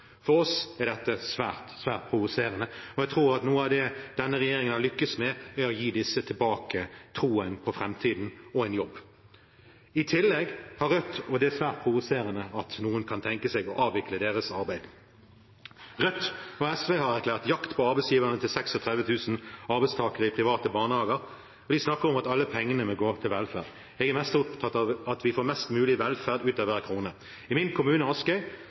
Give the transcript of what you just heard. for oss som har sett de arbeiderne – våre naboer, våre sambygdinger, enn si våre slektninger – gå hjem og si at neste måned klarer vi ikke regningene, er dette svært, svært provoserende. Jeg tror at noe av det denne regjeringen har lyktes med, er å gi disse tilbake troen på fremtiden og en jobb. Det er svært provoserende at noen kan tenke seg å avvikle deres arbeid. I tillegg har Rødt og SV erklært jakt på arbeidsgiverne til 36 000 arbeidstakere i private barnehager. De snakker om at alle pengene må gå til velferd. Jeg er mest opptatt av at vi får